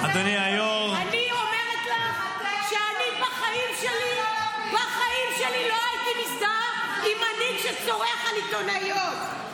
אני אומרת לך שבחיים שלי לא הייתי מזדהה עם מנהיג שצורח על עיתונאיות.